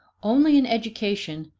only in education,